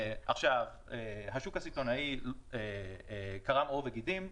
השוק הסיטונאי קרם עור וגידים,